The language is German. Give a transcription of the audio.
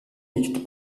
liegt